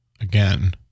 again